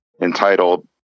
entitled